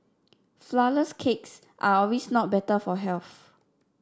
flourless cakes are not always better for health